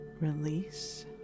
release